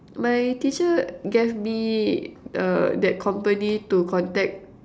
my teacher gave me uh that company to contact